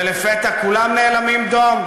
ולפתע כולם נאלמים דום.